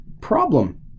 problem